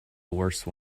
worse